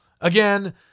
Again